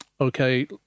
okay